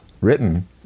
written